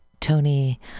Tony